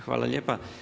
Hvala lijepa.